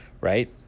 right